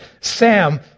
Sam